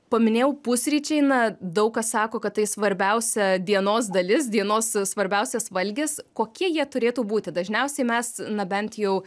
paminėjau pusryčiai na daug kas sako kad tai svarbiausia dienos dalis dienos svarbiausias valgis kokie jie turėtų būti dažniausiai mes na bent jau